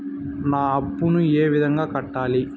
నా అప్పులను ఏ విధంగా కట్టాలి?